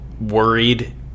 worried